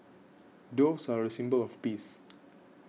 doves are a symbol of peace